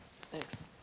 Thanks